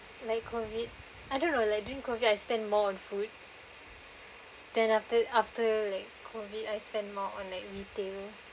like COVID I don't know like during COVID I spent more on food then after after like COVID I spend more on like retail